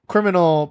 Criminal